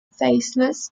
faceless